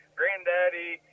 granddaddy